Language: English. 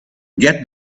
get